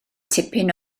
tipyn